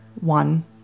one